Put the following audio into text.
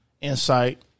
insight